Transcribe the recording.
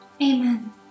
Amen